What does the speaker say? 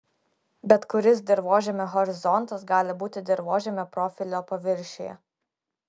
bet kuris dirvožemio horizontas gali būti dirvožemio profilio paviršiuje